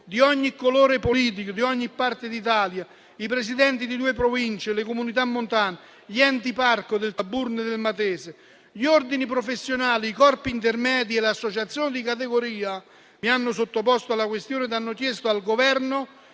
di ogni colore politico e di ogni parte d'Italia, i Presidenti di due Province e le Comunità montane, gli enti parco del Taburno e del Matese, gli ordini professionali, i corpi intermedi e le associazioni di categoria mi hanno sottoposto la questione ed hanno chiesto al Governo